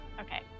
Okay